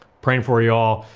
praying for y'all.